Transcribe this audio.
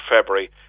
February